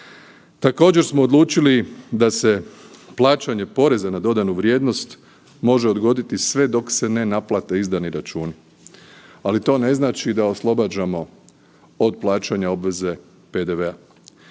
Također smo odlučili da se plaćanje poreza na dodanu vrijednost može odgoditi sve dok se ne naplate izdani računi, ali to ne znači da oslobađamo od plaćanja obveze PDV-a.